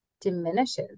diminishes